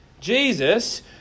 Jesus